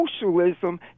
socialism